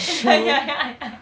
ya ya ya ya